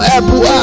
Apple